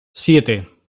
siete